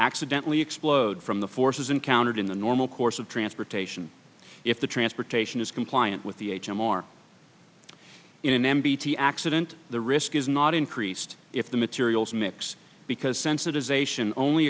accidentally explode from the forces encountered in the normal course of transportation if the transportation is compliant with the h m o or in an m b t accident the risk is not increased if the materials mix because sensiti